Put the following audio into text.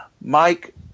Mike